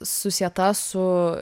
susieta su